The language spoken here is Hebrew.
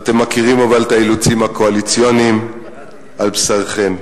אבל אתם מכירים את האילוצים הקואליציוניים על בשרכם.